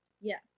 Yes